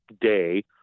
day